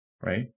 right